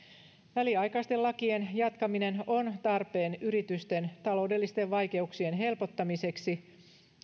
väliaikaisten lakien jatkaminen on tarpeen yritysten taloudellisten vaikeuksien helpottamiseksi